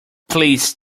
please